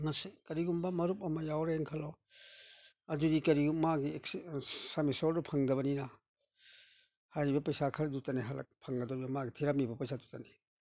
ꯀꯔꯤꯒꯨꯝꯕ ꯃꯔꯨꯞ ꯑꯃ ꯌꯥꯎꯔꯦꯅ ꯈꯜꯂꯣ ꯑꯗꯨꯗꯤ ꯀꯔꯤ ꯃꯥꯒꯤ ꯐꯪꯗꯕꯅꯤꯅ ꯍꯥꯏꯔꯤꯕ ꯄꯩꯁꯥ ꯈꯔꯗꯨꯇꯅꯦ ꯐꯪꯒꯗꯣꯔꯤꯕ ꯃꯥꯒꯤ ꯊꯤꯔꯝꯃꯤꯕ ꯄꯩꯁꯥꯗꯨꯇꯅꯤ